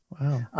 Wow